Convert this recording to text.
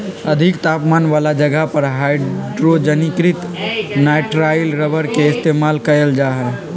अधिक तापमान वाला जगह पर हाइड्रोजनीकृत नाइट्राइल रबर के इस्तेमाल कइल जा हई